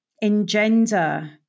engender